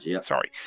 Sorry